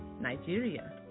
Nigeria